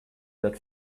that